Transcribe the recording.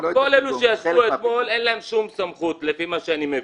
כל אלו שישבו אתמול אין להם שום סמכות לפי מה שאני מבין,